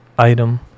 item